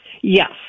Yes